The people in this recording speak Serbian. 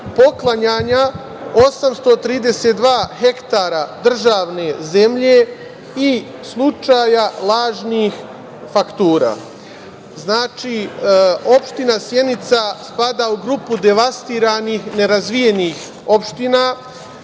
poklanjanja 832 hektara državne zemlje i slučaja lažnih faktura. Znači, opština Sjenica spada u grupu devastiranih, nerazvijenih opština.